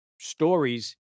stories